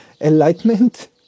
Enlightenment